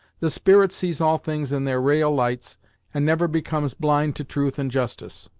the spirit sees all things in their ra'al lights and never becomes blind to truth and justice.